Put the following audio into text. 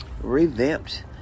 revamped